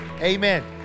Amen